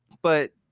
but.